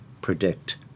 predict